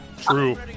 true